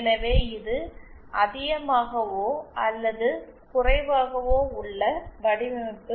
எனவே இது அதிகமாகவோ அல்லது குறைவாகவோ உள்ள வடிவமைப்பு